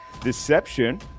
Deception